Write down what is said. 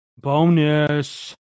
Bonus